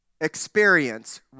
experience